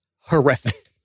horrific